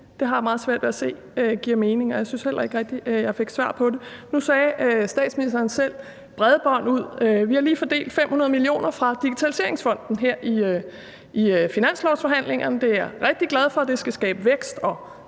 har jeg meget svært ved at se giver mening, og jeg synes heller ikke rigtig, jeg fik svar på det. Nu sagde statsministeren selv, at der skulle bredbånd ud. Vi har lige fordelt 500 mio. kr. fra Digitaliseringsfonden her i finanslovsforhandlingerne. Det er jeg rigtig glad for, for det skal skabe vækst og